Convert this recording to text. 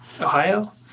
Ohio